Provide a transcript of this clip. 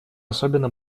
особенно